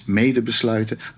medebesluiten